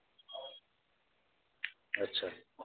अच्छा